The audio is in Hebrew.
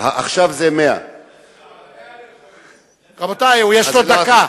עכשיו זה 100. רבותי, יש לו דקה.